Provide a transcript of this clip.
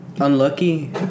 unlucky